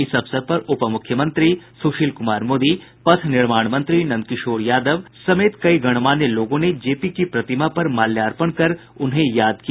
इस अवसर पर उपमुख्यमंत्री सुशील कुमार मोदी पथ निर्माण मंत्री नंदकिशोर यादव समेत कई गणमान्य लोगों ने जेपी की प्रतिमा पर माल्यार्पण कर उन्हें याद किया